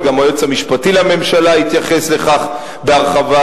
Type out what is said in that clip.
וגם היועץ המשפטי לממשלה התייחס לכך בהרחבה,